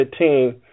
2015